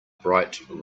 bright